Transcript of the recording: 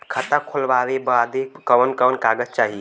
खाता खोलवावे बादे कवन कवन कागज चाही?